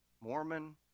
Mormon